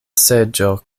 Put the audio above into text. seĝo